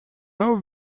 are